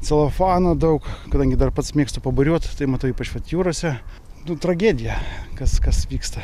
celofano daug kadangi dar pats mėgstu paburiuot tai matau ypač vat jūrose nu tragedija kas kas vyksta